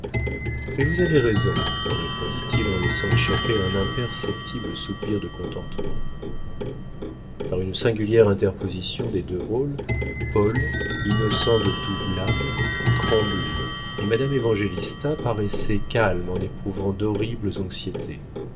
mais vous avez raison répondit-il en laissant échapper un imperceptible soupir de contentement par une singulière interposition des deux rôles paul innocent de tout blâme tremblait et madame évangélista paraissait calme en éprouvant d'horribles anxiétés